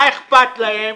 מה אכפת להם.